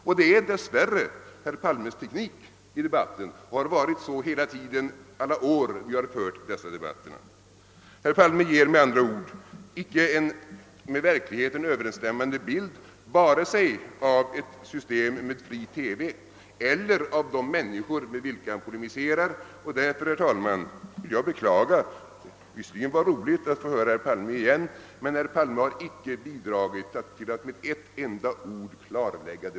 Detta är dessvärre herr Palmes teknik i debatten — sådan har hans teknik varit under alla de år vi fört dessa debatter. Herr Palme ger med andra ord icke en med verkligheten överensstämmande bild vare sig av ett system med fri TV eller av de människor med vilka han polemiserar. Därför, herr talman, vill jag beklaga att herr Palme, ehuru det var roligt att höra honom igen, icke med ett enda ord bidragit till att göra debatten klarare.